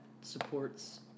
supports